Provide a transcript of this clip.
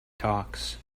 talks